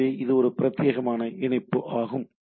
எனவே இது ஒரு பிரத்யேகமான இணைப்பு ஆகும்